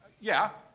yeah.